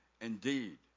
Indeed